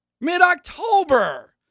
Mid-October